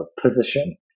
position